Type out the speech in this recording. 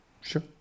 sure